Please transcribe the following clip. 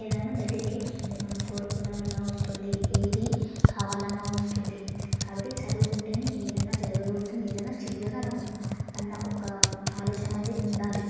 ఏదన్నా దగ్గరికి వస్తుంది మనం కోరుకున్నదల్లా వస్తుంది ఏది కావాలన్నా వస్తుంది కాబట్టి చదువు ఉంటేనే ఏదన్నా జరగగలుగుతుంది ఏదన్నా చెయ్యగలము అన్న ఒక ఆలోచన అనేది ఉండాలి